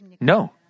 No